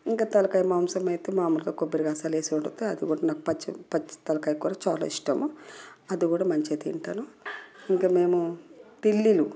ఇంక తలకాయ మాంసం అయితే మామూలుగా కొబ్బరి గసాల వేసి వండితే అది కూడా నాకు పచ్చి పచ్చి తలకాయ కూర చాలా ఇష్టము అది కూడా మంచిగా తింటాను ఇంకా మేము తిల్లీలు